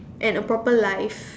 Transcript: and a proper life